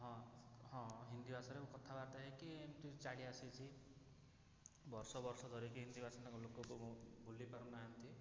ହଁ ହଁ ହିନ୍ଦୀ ଭାଷାରେ କଥାବାର୍ତ୍ତା ହେଇକି ଏମିତି ଚାଲି ଆସିଛି ବର୍ଷ ବର୍ଷ ଧରିକି ହିନ୍ଦୀ ଭାଷାକୁ ଲୋକକୁ ଭୁଲି ପାରୁନାହାନ୍ତି